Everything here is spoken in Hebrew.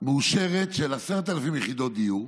מאושרת של 10,000 יחידות דיור,